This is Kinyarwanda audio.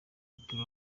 w’umupira